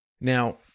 Now